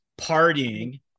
partying